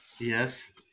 Yes